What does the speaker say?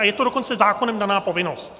Je to dokonce zákonem daná povinnost.